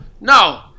No